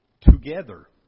together